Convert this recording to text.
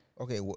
Okay